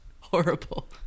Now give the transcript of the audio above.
Horrible